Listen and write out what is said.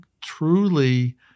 truly –